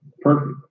Perfect